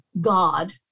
God